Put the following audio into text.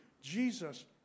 Jesus